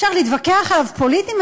אפשר להתווכח עליו פוליטית,